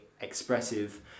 expressive